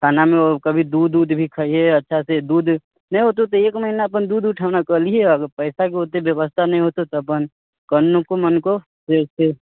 खानामे कभी दूध ऊध भी खइयह अच्छासँ दूध नहि होतौ तऽ एक महीना अपन दूध ऊठौना कऽ लीहऽ पैसाके ओतेक व्यवस्था ना होतै तऽ अपन कनिको मनको जे